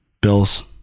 Bills